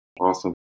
Awesome